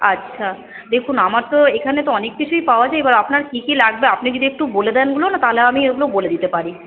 আচ্ছা দেখুন আমার তো এখানে তো অনেক কিছুই পাওয়া যায় এবার আপনার কী কী লাগবে আপনি যদি একটু বলে দেন ওগুলো তাহলে আমি এগুলোও বলে দিতে পারি